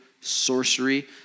sorcery